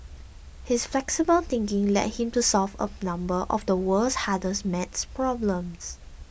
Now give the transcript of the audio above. his flexible thinking led him to solve a number of the world's hardest maths problems